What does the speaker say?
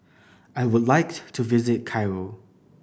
I would like to visit Cairo